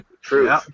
True